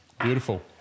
beautiful